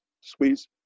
squeeze